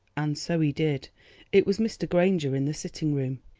and so he did it was mr. granger in the sitting-room.